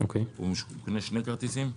קונה שני כרטיסים?